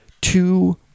two